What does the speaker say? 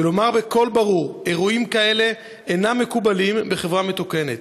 ולומר בקול ברור: אירועים כאלה אינם מקובלים בחברה מתוקנת,